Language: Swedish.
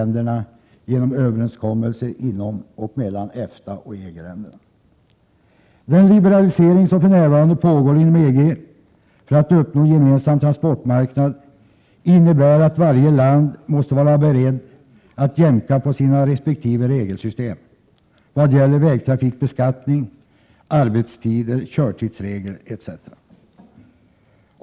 Denna gemensamma marknad har upprättats genom överenskommelser inom och mellan EFTA och EG-länderna. Den liberalisering som för närvarande pågår inom EG för att uppnå en gemensam transportmarknad innebär att varje land måste vara berett att jämka på sina resp. regelsystem i vad gäller vägtrafikbeskattning, arbetstider, körtidsregler etc.